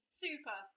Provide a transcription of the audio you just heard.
super